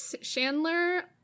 Chandler